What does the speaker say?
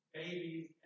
babies